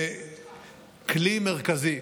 זה כלי מרכזי